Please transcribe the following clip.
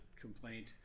complaint